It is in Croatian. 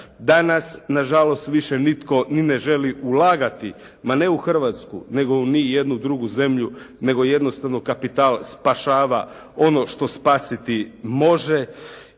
Danas na žalost više nitko ni ne želi ulagati ma ne u Hrvatsku, nego u ni jednu drugu zemlju, nego jednostavno kapital spašava ono što spasiti može